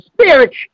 spirit